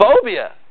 phobia